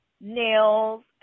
nails